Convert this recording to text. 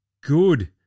good